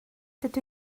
dydw